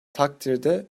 takdirde